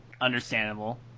Understandable